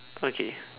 okay